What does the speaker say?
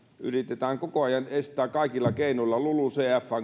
yritetään koko ajan estää metsän käyttöä kaikilla keinoilla lulucfn